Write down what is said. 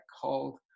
called